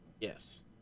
Yes